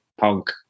punk